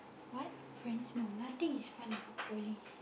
what friends no nothing is fun about poly